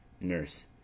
nurse